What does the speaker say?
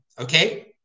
okay